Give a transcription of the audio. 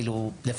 אבל לא קיבלנו.